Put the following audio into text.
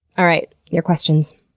all right, your questions.